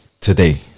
today